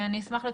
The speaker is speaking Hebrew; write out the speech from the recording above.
אני אשמח לתשובה,